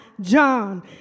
John